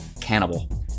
cannibal